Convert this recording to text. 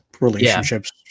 relationships